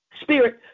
Spirit